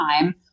time